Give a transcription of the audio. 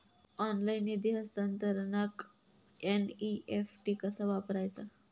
Online निधी हस्तांतरणाक NEFT कसा वापरायचा?